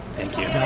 thank you,